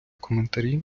коментарі